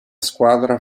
squadra